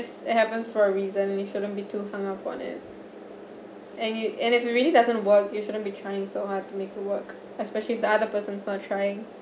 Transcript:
it happens for a reason you shouldn't be too hung up on it and you and if it really doesn't work you shouldn't be trying so hard to make it work especially the other person not trying